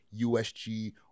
USG